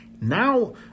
Now